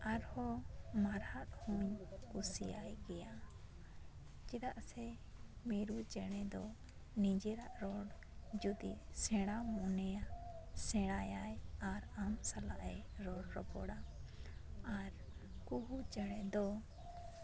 ᱟᱨᱦᱚᱸ ᱢᱟᱨᱟᱜ ᱦᱚᱧ ᱠᱩᱥᱤᱭᱟᱭ ᱜᱮᱭᱟ ᱪᱮᱫᱟᱜ ᱥᱮ ᱢᱤᱨᱩ ᱪᱮᱬᱮ ᱫᱚ ᱱᱤᱡᱮᱨᱟᱜ ᱨᱚᱲ ᱡᱩᱫᱤ ᱥᱮᱬᱟᱢ ᱢᱚᱱᱮᱭᱟ ᱥᱮᱬᱟᱭᱟᱜ ᱟᱨ ᱟᱢ ᱥᱟᱞᱟᱜ ᱮ ᱨᱚᱲ ᱨᱚᱯᱚᱲᱟ ᱟᱨ ᱠᱩᱦᱩ ᱪᱮᱬᱮ ᱫᱚ